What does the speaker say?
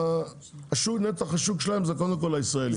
כך שנתח השוק שלהם הוא קודם כל הישראלים.